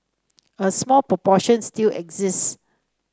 a small proportion still exists